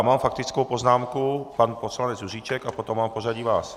Mám faktickou poznámku pan poslanec Juříček a potom mám v pořadí vás.